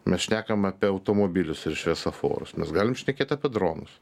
mes šnekam apie automobilius ir šviesoforus mes galim šnekėt apie dronus